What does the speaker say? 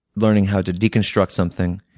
learning how to deconstruct something,